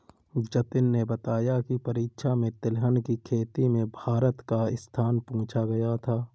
जतिन ने बताया की परीक्षा में तिलहन की खेती में भारत का स्थान पूछा गया था